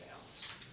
balance